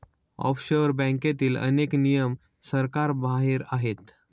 offshore बँकेतील अनेक नियम सरकारबाहेर आहेत